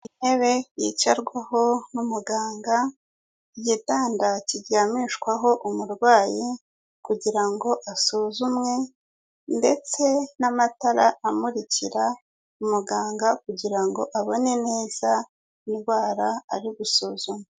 Intebe yicarwaho n'umuganga igitanda kiryamishwaho umurwayi kugira ngo asuzumwe ndetse n'amatara amurikira umuganga kugira ngo abone neza indwara ari gusuzuma.